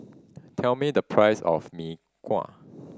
tell me the price of Mee Kuah